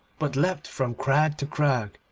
but leapt from crag to crag,